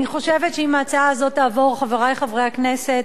אני חושבת שאם ההצעה הזאת תעבור, חברי חברי הכנסת,